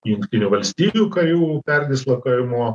jungtinių valstijų karių perdislokavimo